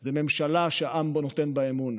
זה ממשלה שהעם נותן בה אמון